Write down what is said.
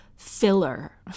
filler